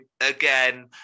again